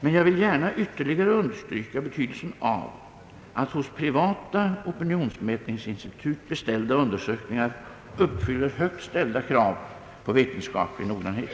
Men jag vill gärna ytterligare understryka betydelsen av att hos privata opinionsmätningsinstitut beställda undersökningar uppfyller högt ställda krav på vetenskaplig noggrannhet.